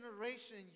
generation